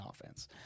offense